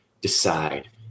decide